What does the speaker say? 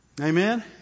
Amen